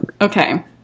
okay